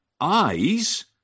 eyes